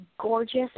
gorgeous